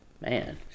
Man